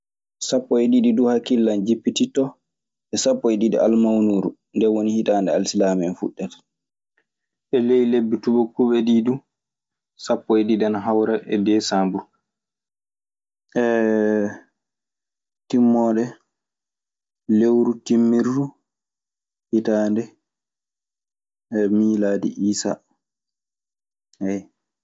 Sappo e ɗiɗi duu hakkille an jippitittoo e sappo e ɗiɗi almawnuru. Nden woni hitaande alsilaame en fuɗɗata. E ley lebbi tuubakuuɓe ɗii du, sappo e ɗiɗi ana hawra e Deesambr. Timmoode lewru timmirdu hitaande miilaade Iisaa.